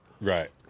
Right